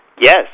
Yes